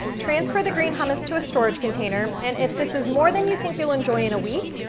transfer the green hummus to a storage container. and if this is more than you think you'll enjoy in a week,